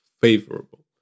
favorable